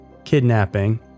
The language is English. kidnapping